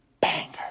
banger